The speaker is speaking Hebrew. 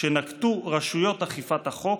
שנקטו רשויות אכיפת החוק,